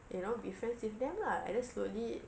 you know be friends with them lah and then slowly